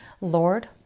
Lord